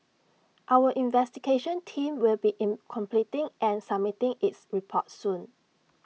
our investigation team will be in completing and submitting its report soon